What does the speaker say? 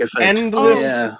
endless